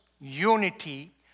unity